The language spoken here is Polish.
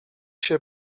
się